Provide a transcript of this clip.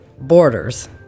borders